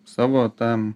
savo tam